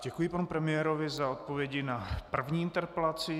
Děkuji panu premiérovi za odpovědi na první interpelaci.